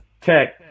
tech